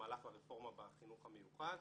המהלך והרפורמה בחינוך המיוחד,